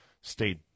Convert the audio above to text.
State